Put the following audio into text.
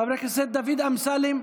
התשפ"א 2021. חבר הכנסת דוד אמסלם,